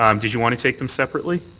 um did you want to take them separately?